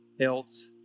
else